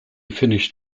finished